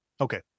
Okay